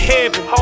Heaven